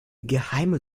geheime